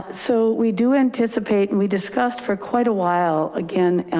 ah so we do anticipate and we discussed for quite a while. again,